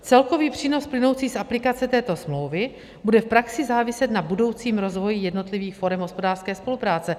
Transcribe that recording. Celkový přínos plynoucí z aplikace této smlouvy bude v praxi záviset na budoucím rozvoji jednotlivých forem hospodářské spolupráce.